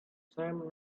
same